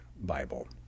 Bible